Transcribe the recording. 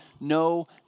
No